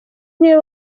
niwe